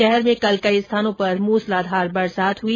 शहर में कल कई स्थानों पर मूसलाधार बरसात हुई